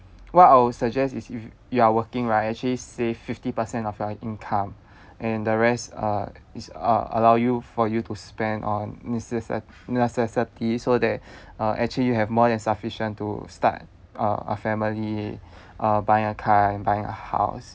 what I would suggest is if you are working right actually save fifty percent of your income and the rest uh is uh allow you for you to spend on necessi~ necessity so that uh actually you have more than sufficient to start uh a family uh buying a car and buying a house